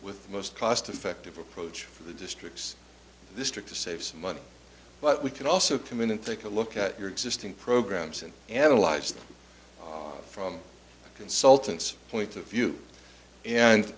with the most cost effective approach for the districts this trick to save some money but we can also come in and take a look at your existing programs and analyze them from consultants point of view and